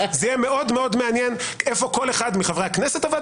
זה יהיה מאוד מעניין איפה כל אחד מחברי הכנסת עבד